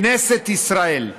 כנסת ישראל,